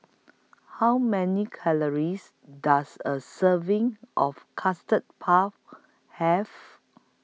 How Many Calories Does A Serving of Custard Puff Have